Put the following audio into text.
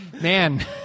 Man